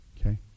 Okay